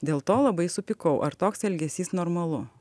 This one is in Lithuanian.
dėl to labai supykau ar toks elgesys normalu